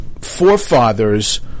forefathers